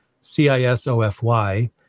C-I-S-O-F-Y